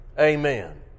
Amen